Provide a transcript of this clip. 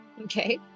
Okay